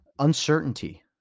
Uncertainty